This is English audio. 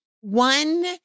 One